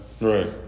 right